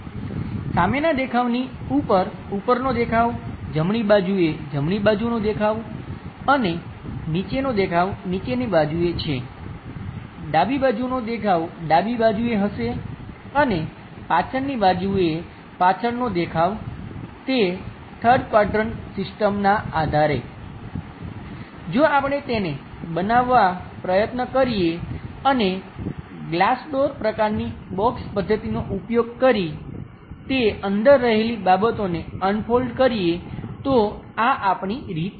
સામેના દેખાવની ઉપર ઉપરનો દેખાવ જમણી બાજુએ જમણી બાજુનો દેખાવ અને નીચેનો દેખાવ નીચેની બાજુએ છે ડાબી બાજુનો દેખાવ ડાબી બાજુએ હશે અને પાછળની બાજુએ પાછળનો દેખાવ તે 3rd ક્વાડ્રંટ સિસ્ટમના આધારે જો આપણે તેને બનાવવા પ્રયત્ન કરીએ અને ગ્લાસ ડોર પ્રકારની બોક્સ પદ્ધતિનો ઉપયોગ કરી તે અંદર રહેલી બાબતોને અનફોલ્ડ કરીએ તો આ આપણી રીત છે